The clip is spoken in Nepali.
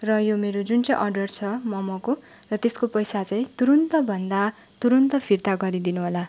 र यो मेरो यो जुन चाहिँ अडर छ ममको र त्यसको पैसा चाहिँ तुरुन्त भन्दा तुरुन्त फिर्ता गरिदिनुहोला